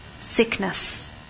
sickness